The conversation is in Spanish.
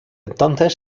entonces